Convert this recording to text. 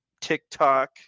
TikTok